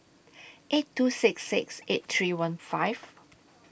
eight two six six eight three one five